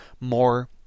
more